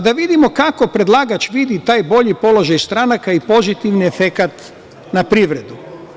Da vidimo kako predlagač vidi taj bolji položaj stranaka i pozitivni efekat na privredu.